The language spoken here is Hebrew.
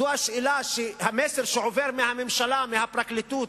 זו השאלה, המסר שעובר מהממשלה, מהפרקליטות,